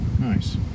Nice